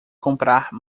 comprar